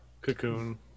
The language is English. cocoon